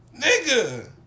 nigga